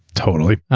totally.